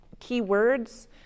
keywords